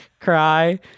cry